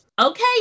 okay